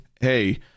Hey